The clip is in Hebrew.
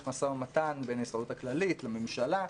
משא-ומתן בין ההסתדרות הכללית לממשלה,